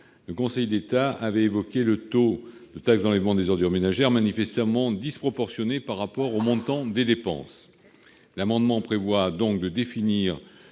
le Conseil d'État a évoqué un taux de taxe d'enlèvement des ordures ménagères manifestement disproportionné par rapport au montant des dépenses. L'amendement vise donc à définir